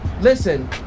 Listen